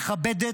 מכבדת.